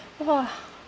!wah!